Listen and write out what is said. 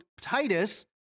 Titus